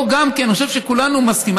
פה גם כן, אני חושב שכולנו מסכימים.